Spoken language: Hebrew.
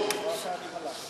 זאת רק ההתחלה.